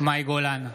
מאי גולן,